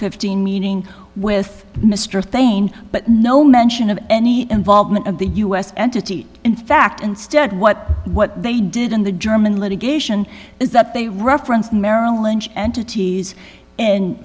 fifteen meeting with mr thain but no mention of any involvement of the u s entity in fact instead what what they did in the german litigation is that they referenced merrill lynch entities in